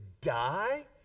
die